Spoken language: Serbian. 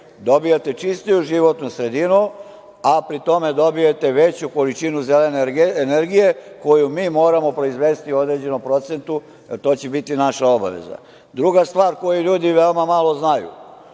dobijate čistiju životnu sredinu, a pri tome dobijate veću količinu zelene energije koju mi moramo proizvesti u određenom procentu, jer to će biti naša obaveza. Druga stvar koju ljudi veoma malo znaju